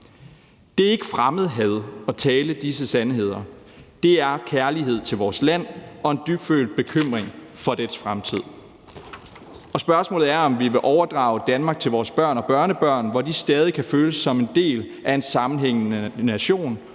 er ikke fremmedhad at tale disse sandheder, men det er kærlighed til vores land og en dybtfølt bekymring for dets fremtid, og spørgsmålet er, om vi vil overdrage et Danmark til vores børn og børnebørn, hvor de stadig kan føle sig som en del af en sammenhængende nation